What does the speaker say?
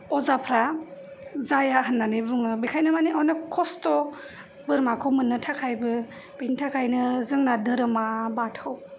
अजाफ्रा जाया होननानै बुङो बेखायनो मानि अनग खस्थ बोरमाखौ मोननो थाखायबो बेनि थाखायनो जोंना धोरोमा बाथौ